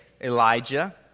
Elijah